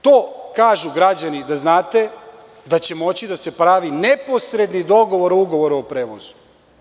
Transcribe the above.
To kažu građani da znate, da će moći da se pravi neposredni dogovor ugovora o prevozu.